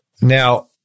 now